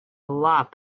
lot